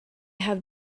have